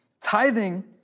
Tithing